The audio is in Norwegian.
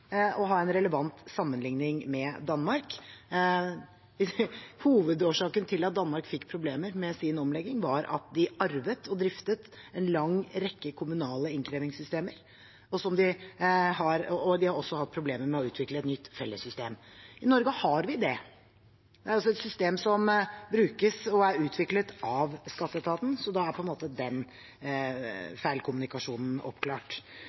å ha en relevant sammenligning med Danmark. Hovedårsaken til at Danmark fikk problemer med sin omlegging, var at de arvet og driftet en lang rekke kommunale innkrevingssystemer, og de har også hatt problemer med å utvikle et nytt fellessystem. I Norge har vi det. Det er altså et system som brukes og er utviklet av skatteetaten, så da er på en måte den